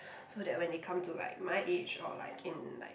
so that when they come to like my age or like in like